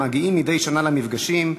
המגיעים מדי שנה למפגשים,